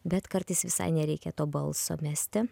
bet kartais visai nereikia to balso mesti